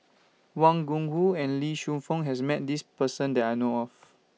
Wang Gungwu and Lee Shu Fen has Met This Person that I know of